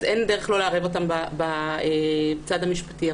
אז אין דרך לא לערב אותם בצד המשפטי.